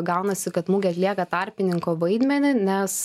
gaunasi kad mugė atlieka tarpininko vaidmenį nes